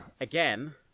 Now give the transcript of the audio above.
again